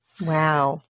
Wow